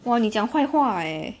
!wah! 你讲坏话 eh